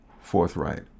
forthright